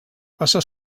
passa